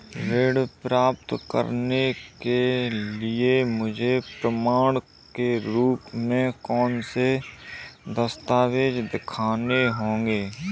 ऋण प्राप्त करने के लिए मुझे प्रमाण के रूप में कौन से दस्तावेज़ दिखाने होंगे?